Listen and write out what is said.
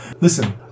listen